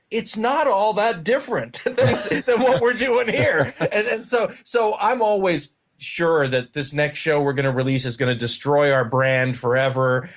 it's not all that different than what we're doing here. and and so so i'm always sure that this next show we're going to release is going to destroy our brand forever,